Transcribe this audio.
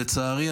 לצערי,